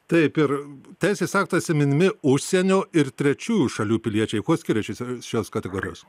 taip ir teisės aktuose minimi užsienio ir trečiųjų šalių piliečiai kuo skiriasi šios kategorijos